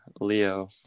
Leo